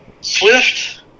Swift